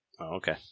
okay